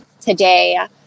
today